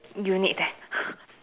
unit there